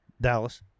Dallas